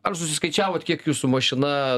ar susiskaičiavot kiek jūsų mašina